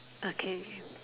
okay